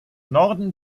norden